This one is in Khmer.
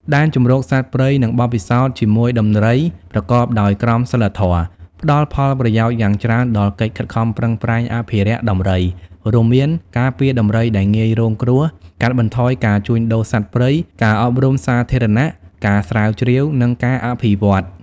ដែនជម្រកសត្វព្រៃ និងបទពិសោធន៍ជាមួយដំរីប្រកបដោយក្រមសីលធម៌ ផ្តល់ផលប្រយោជន៍យ៉ាងច្រើនដល់កិច្ចខិតខំប្រឹងប្រែងអភិរក្សដំរី រួមមាន ការពារដំរីដែលងាយរងគ្រោះ កាត់បន្ថយការជួញដូរសត្វព្រៃ ការអប់រំសាធារណៈ ការស្រាវជ្រាវ និងការអភិវឌ្ឍ។